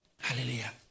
Hallelujah